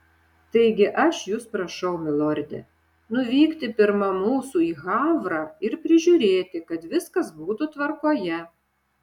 taigi aš jus prašau milorde nuvykti pirma mūsų į havrą ir prižiūrėti kad viskas būtų tvarkoje